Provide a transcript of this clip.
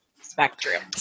spectrum